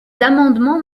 amendements